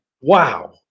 wow